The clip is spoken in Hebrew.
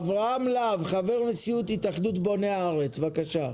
אברהם להב, חבר נשיאות התאחדות בוני הארץ בבקשה.